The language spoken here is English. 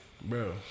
Bro